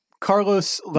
Carlos